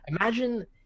Imagine